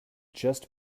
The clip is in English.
just